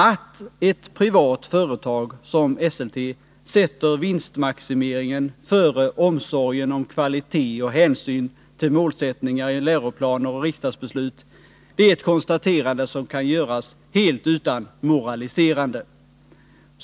Att ett privat företag som Esselte sätter vinstmaximeringen före omsorgen om kvalitet och hänsyn till målsättningar i läroplaner och riksdagsbeslut är ett konstaterande som kan göras helt utan moralisering.